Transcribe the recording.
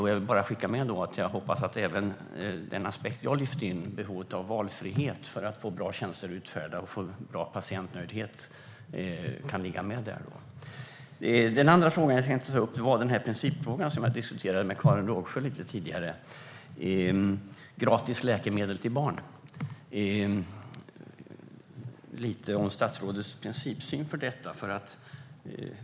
Jag vill bara skicka med att jag hoppas att även den aspekt jag lyfte in, behovet av valfrihet för att få bra tjänster utförda och få bra patientnöjdhet, kan finnas med i översynen. Den andra frågan som jag tänkte ta upp är en principfråga som jag diskuterade med Karin Rågsjö tidigare, nämligen gratis läkemedel till barn. Jag vill höra lite om statsrådets principsyn på detta.